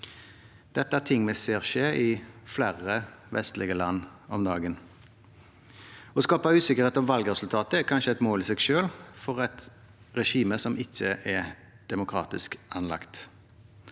Dette er ting vi ser skje i flere vestlige land om dagen. Å skape usikkerhet om valgresultatet er kanskje et mål i seg selv for et regime som ikke er demokratisk anlagt,